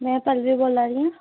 मैं पल्लवी बोल्ला नी आं